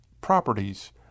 properties